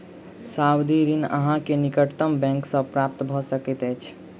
सावधि ऋण अहाँ के निकटतम बैंक सॅ प्राप्त भ सकैत अछि